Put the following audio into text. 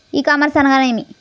ఈ కామర్స్ అనగానేమి?